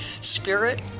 Spirit